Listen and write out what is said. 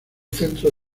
centro